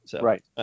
Right